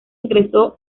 ingresó